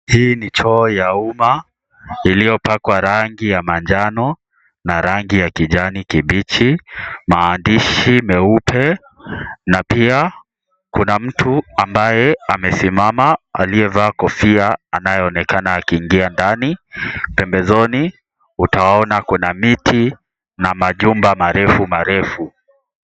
Hii ni choo ya umma, iliyopakwa rangi ya manjano, na rangi ya kijani kibichi. Maandishi meupe na pia, kuna mtu ambaye amesimama, aliyevaa kofia, anayeonekana akiingia ndani. Pembezoni, utaona kuna miti na machumba marefu marefu.